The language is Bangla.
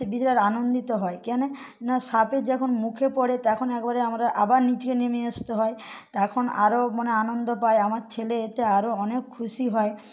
বিশাল আনন্দিত হয় কেন না সাপের যখন মুখে পড়ে তখন একবারে আমরা আবার নীচে নেমে আসতে হয় তাখন আরও মনে আনন্দ পায় আমার ছেলে এতে আরও অনেক খুশি হয়